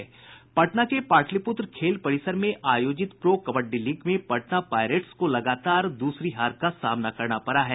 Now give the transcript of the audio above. पटना के पाटलिपुत्र खेल परिसर में आयोजित प्रो कबड्डी लीग में पटना पायरेट्स को लगातार द्रसरी हार का सामना करना पड़ा है